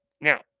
now